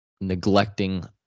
neglecting